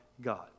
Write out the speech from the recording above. God